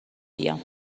بیام